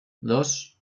dos